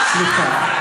סליחה,